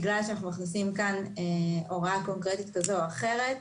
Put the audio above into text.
בגלל שאנחנו מכניסים כאן הוראה קונקרטית כזו או אחרת,